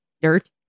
dirt